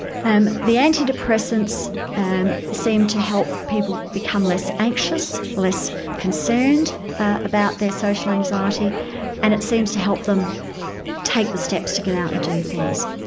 and the antidepressants seem to help people become less anxious, less concerned about their social anxiety and it seems to help them take the steps to get out and do things.